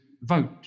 vote